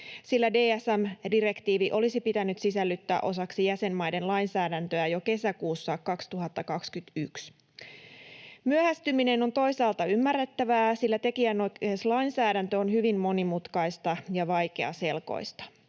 sillä DSM-direktiivi olisi pitänyt sisällyttää osaksi jäsenmaiden lainsäädäntöä jo kesäkuussa 2021. Myöhästyminen on toisaalta ymmärrettävää, sillä tekijänoikeuslainsäädäntö on hyvin monimutkaista ja vaikeaselkoista.